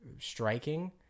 striking